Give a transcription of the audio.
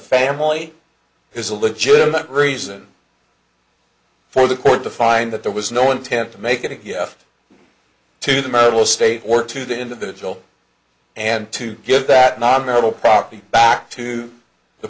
family is a legitimate reason for the court to find that there was no intent to make it a gift to the metal state or to the individual and to give that not marital property back to the